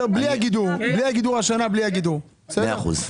מאה אחוז.